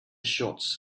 shots